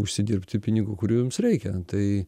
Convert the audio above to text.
užsidirbti pinigų kurių jums reikia tai